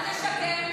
אתה משקר.